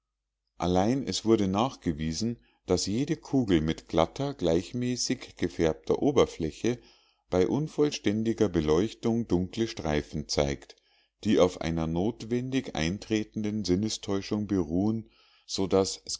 allein es wurde nachgewiesen daß jede kugel mit glatter gleichmäßig gefärbter oberfläche bei unvollständiger beleuchtung dunkle streifen zeigt die auf einer notwendig eintretenden sinnestäuschung beruhen so